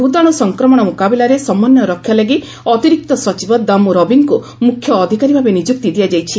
ଭୂତାଣୁ ସଂକ୍ରମଣ ମୁକାବିଲାରେ ସମନ୍ୱୟ ରକ୍ଷା ଲାଗି ଅତିରିକ୍ତ ସଚିବ ଦାମ୍ମୁ ରବିଙ୍କୁ ମୁଖ୍ୟ ଅଧିକାରୀ ଭାବେ ନିଯୁକ୍ତି ଦିଆଯାଇଛି